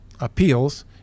appeals